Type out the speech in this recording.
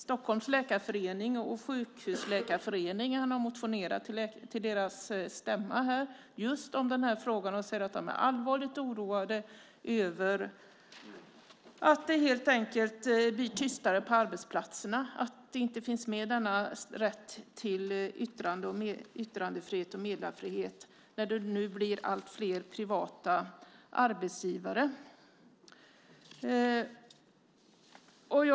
Stockholms läkarförening och sjukhusläkarföreningarna har motionerat till deras stämma just om den här frågan. De säger att de är allvarligt oroade över att det helt enkelt blir tystare på arbetsplatserna, att rätten till yttrande och meddelarfrihet inte finns när det nu blir allt fler privata arbetsgivare.